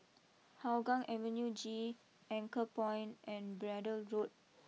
Hougang Avenue G Anchorpoint and Braddell Road